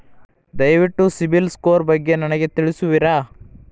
ದಯವಿಟ್ಟು ಸಿಬಿಲ್ ಸ್ಕೋರ್ ಬಗ್ಗೆ ನನಗೆ ತಿಳಿಸುವಿರಾ?